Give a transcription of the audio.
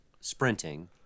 sprinting